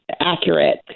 accurate